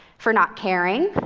for not caring,